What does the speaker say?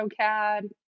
AutoCAD